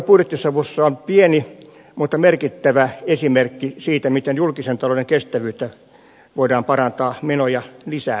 hallituspuolueiden budjettisovussa on pieni mutta merkittävä esimerkki siitä miten julkisen talouden kestävyyttä voidaan parantaa menoja lisäämällä